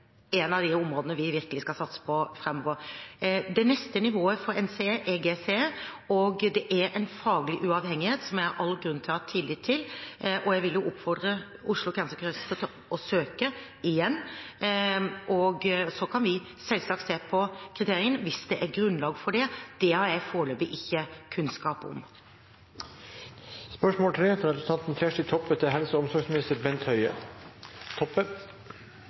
av de områdene vi virkelig skal satse på framover. Det neste nivået etter NCE er GCE, og det er en faglig uavhengighet der som jeg har all grunn til å ha tillit til, og jeg vil oppfordre Oslo Cancer Cluster til å søke igjen. Så kan vi selvsagt se på kriteriene hvis det er grunnlag for det. Det har jeg foreløpig ikke kunnskap om.